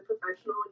professional